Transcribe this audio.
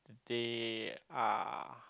they are